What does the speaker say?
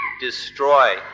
destroy